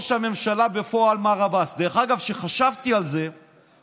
וכמו שהממשלה הזאת מטעה וטועה, גם החוק הזה מטעה.